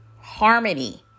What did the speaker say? harmony